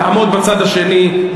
יעמוד בצד השני,